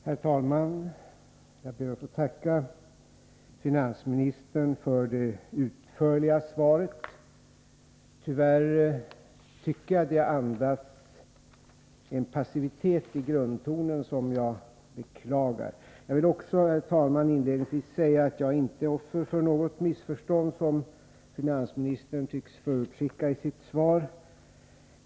Herr talman! Jag ber att få tacka finansministern för det utförliga svaret. Tyvärr tycker jag att det har en passivitet i grundtonen som jag måste beklaga. Jag vill också, herr talman, inledningsvis säga att jag inte — som finansministern tycks förutsätta i sitt svar — är offer för något missförstånd.